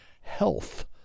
Health